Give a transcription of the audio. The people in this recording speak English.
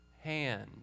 hand